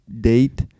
Date